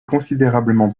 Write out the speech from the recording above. considérablement